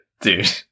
Dude